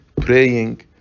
praying